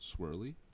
swirly